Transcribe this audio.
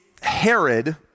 Herod